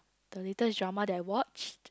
the latest drama that I watch